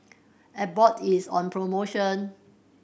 Abbott is on promotion